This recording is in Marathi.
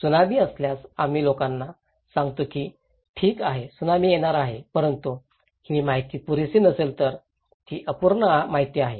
त्सुनामी असल्यास आम्ही लोकांना सांगतो की ठीक आहे त्सुनामी येणार आहे परंतु ही माहिती पुरेशी नसेल तर ती अपूर्ण माहिती आहे